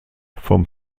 vom